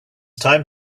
time